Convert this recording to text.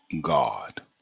God